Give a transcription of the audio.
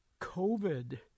covid